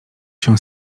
się